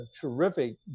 terrific